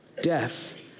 death